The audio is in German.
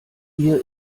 dir